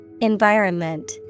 Environment